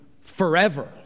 forever